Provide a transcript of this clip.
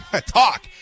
Talk